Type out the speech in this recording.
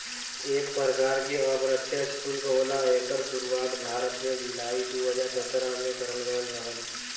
एक परकार के अप्रत्यछ सुल्क होला एकर सुरुवात भारत में जुलाई दू हज़ार सत्रह में करल गयल रहल